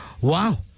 wow